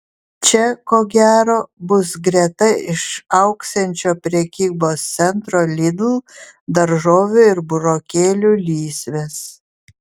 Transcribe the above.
čia ko gero bus greta išaugsiančio prekybos centro lidl daržovių ir burokėlių lysvės